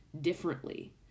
differently